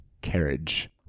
carriage